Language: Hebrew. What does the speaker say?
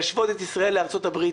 להשוות את ישראל לארצות הברית